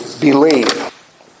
believe